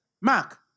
Mark